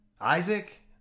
isaac